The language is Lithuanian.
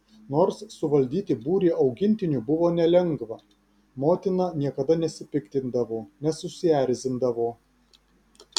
nors suvaldyti būrį augintinių buvo nelengva motina niekada nesipiktindavo nesusierzindavo